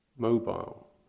mobile